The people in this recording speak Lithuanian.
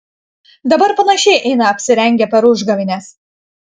dabar panašiai eina apsirengę per užgavėnes